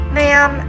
ma'am